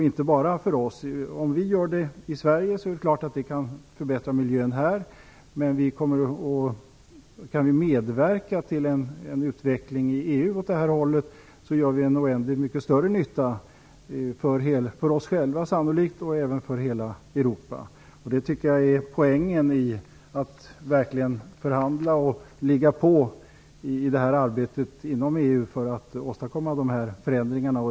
Om vi genomför det i Sverige kan det naturligtvis förbättra miljön här, men om vi kan medverka till en utveckling i EU gör vi en mycket större nytta för både oss själva och hela Europa. Det tycker jag är hela poängen med att förhandla för att försöka åstadkomma dessa förändringar inom EU.